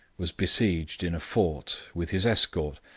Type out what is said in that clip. was besieged in a fort, with his escort,